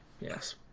yes